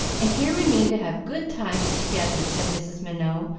and here we mean to have good times together, said mrs. minot,